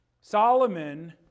Solomon